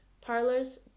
parlors